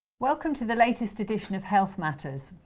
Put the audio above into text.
welcome to the latest edition of health matters.